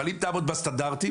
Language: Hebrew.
אבל אם תעמוד בסטנדרטים